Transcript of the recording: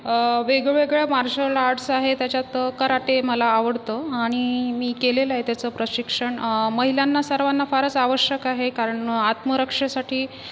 वेगवेगळ्या martial arts आहेत त्याच्यात कराटे मला आवडतं आणि मी केलेलं आहे त्याचं प्रशिक्षण महिलांना सर्वांना फारच आवश्यक आहे कारण आत्मरक्षेसाठी